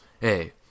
hey